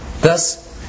thus